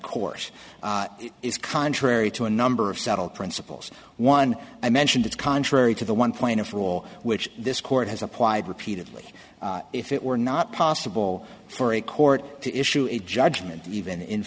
course is contrary to a number of settled principles one i mentioned is contrary to the one point of rule which this court has applied repeatedly if it were not possible for a court to issue a judgment even in